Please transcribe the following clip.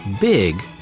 Big